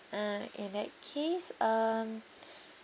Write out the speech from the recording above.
uh in that case um